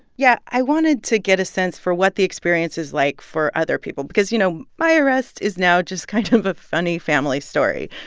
yeah. i wanted to get a sense for what the experience is like for other people because, you know, my arrest is now just kind of a funny family story,